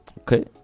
okay